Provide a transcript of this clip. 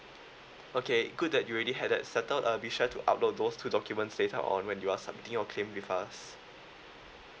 okay good that you already had that settled uh be sure to upload those two documents later on when you are submitting your claim with us